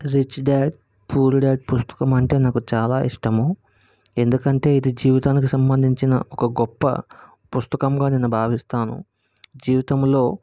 rich dad poor dad పుస్తకం అంటే నాకు చాలా ఇష్టము ఎందుకంటే ఇది జీవితానికి సంబంధించిన ఒక గొప్ప పుస్తకంగా నేను భావిస్తాను జీవితంలో